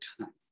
time